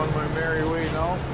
merry way now.